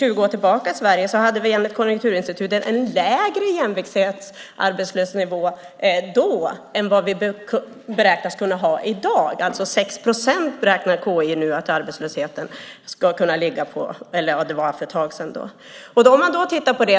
20 år tillbaka i Sverige hade vi enligt Konjunkturinstitutet en lägre jämviktsarbetslöshetsnivå än vi beräknas kunna ha i dag. 6 procent beräknade KI för ett tag sedan att arbetslösheten ska kunna ligga på.